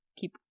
keep